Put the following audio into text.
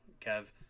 Kev